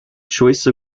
choice